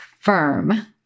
firm